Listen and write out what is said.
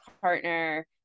partner